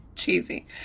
cheesy